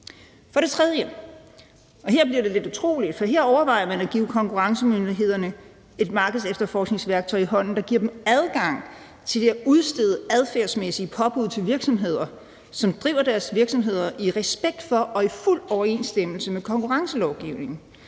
For det tredje – og her bliver det lidt utroligt – overvejer man at give konkurrencemyndighederne et markedsefterforskningsværktøj i hånden, der giver dem adgang til at udstede adfærdsmæssige påbud til virksomheder, som driver deres virksomheder med respekt for og i fuld overensstemmelse med konkurrencelovgivningen,